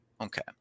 Okay